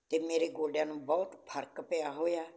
ਅਤੇ ਮੇਰੇ ਗੋਡਿਆਂ ਨੂੰ ਬਹੁਤ ਫਰਕ ਪਿਆ ਹੋਇਆ